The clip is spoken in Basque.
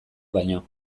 baino